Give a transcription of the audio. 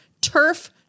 turf